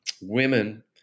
women